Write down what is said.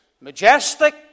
majestic